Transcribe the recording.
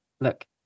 look